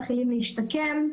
מתחילים להשתקם,